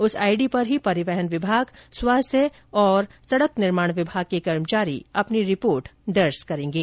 उस आईडी पर ही परिवहन विभाग स्वास्थ्य और सड़क निर्माण विभाग के कर्मचारी अपनी रिपोर्ट दर्ज करेंगे